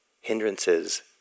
hindrances